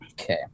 Okay